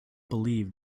believed